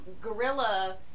gorilla